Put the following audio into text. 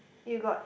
you got